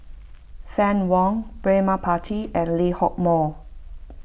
Fann Wong Braema Mathi and Lee Hock Moh